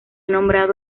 nombrado